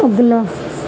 اگلا